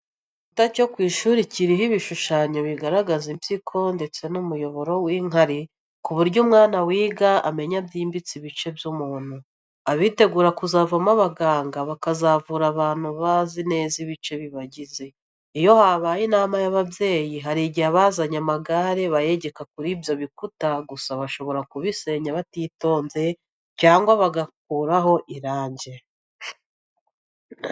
Igikuta cyo ku ishuri kiriho ibishushanyo bigaragaza impyiko ndetse n'umuyoboro w'inkari, ku buryo umwana wiga amenya byimbitse ibice by'umuntu. Abitegura kuzavamo abaganga bakazavura abantu bazi neza ibice bibagize. Iyo habaye inama y'ababyeyi hari igihe abazanye amagare bayegeka kuri ibyo bikuta gusa bashobora kubisenya batitonze cyangwa bagakuraho irange.